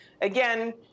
again